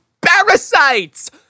parasites